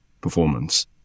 performance